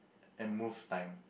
and move time